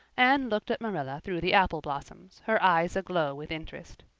anne looked at marilla through the apple blossoms, her eyes aglow with interest.